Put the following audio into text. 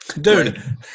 dude